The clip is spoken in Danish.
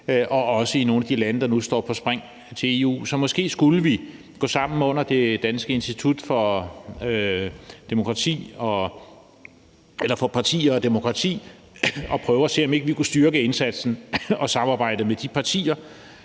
og også i nogle af de lande, der nu står på spring til EU. Så måske skulle vi gå sammen under Dansk Institut for Partier og Demokrati og prøve at se, om ikke vi kunne styrke indsatsen og samarbejde med de partier